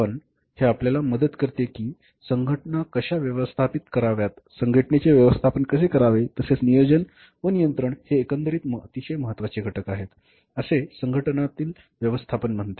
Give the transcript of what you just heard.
पण हे आपल्याला मदत करते कीसंघटना कशा व्यवस्थापित कराव्यात संघटनेचे व्यवस्थापन कसे करावे तसेच नियोजन व नियंत्रण हे एकंदरीत अतिशय महत्त्वाचे घटक आहेत असे संघटनेतील ववस्थापन म्हणते